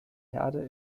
herde